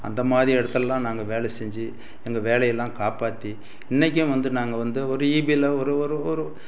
அந்தமாதிரி இடத்துலலாம் நாங்கள் வேலை செஞ்சு எங்கள் வேலை எல்லாம் காப்பாற்றி இன்றைக்கும் வந்து நாங்கள் வந்து ஒரு ஈபியில் ஒரு ஒரு ஒரு